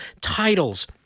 titles